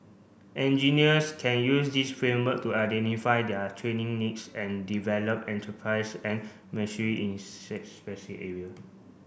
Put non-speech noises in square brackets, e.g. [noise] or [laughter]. engineers can use this framework to identify their training needs and develop enterprise and [unintelligible] in specific area